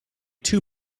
too